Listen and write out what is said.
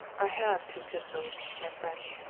i have two pistols, my friend,